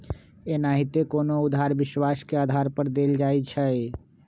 एनाहिते कोनो उधार विश्वास के आधार पर देल जाइ छइ